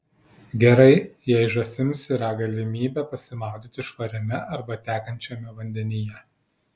gerai jei žąsims yra galimybė pasimaudyti švariame arba tekančiame vandenyje